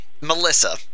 Melissa